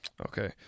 Okay